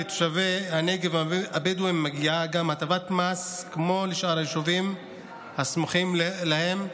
לתושבי הנגב הבדואים מגיעה הטבת מס כמו לשאר היישובים הסמוכים להם.